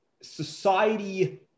society